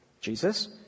Jesus